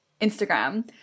Instagram